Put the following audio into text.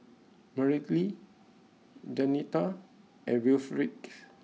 Mareli Denita and Wilfrid